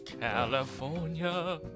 California